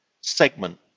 segment